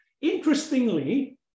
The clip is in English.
Interestingly